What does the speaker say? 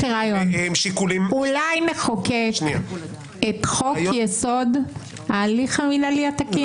אולי נחוקק את חוק-יסוד: ההליך המינהלי התקין.